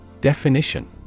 Definition